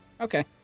Okay